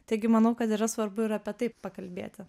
taigi manau kad yra svarbu ir apie tai pakalbėti